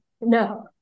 no